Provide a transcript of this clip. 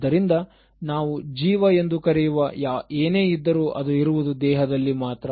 ಆದ್ದರಿಂದ ನಾವು ಜೀವ ಎಂದು ಕರೆಯುವ ಏನೇ ಇದ್ದರೂ ಅದು ಇರುವುದು ದೇಹದಲ್ಲಿ ಮಾತ್ರ